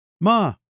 Ma